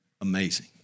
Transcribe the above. Amazing